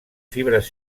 fibres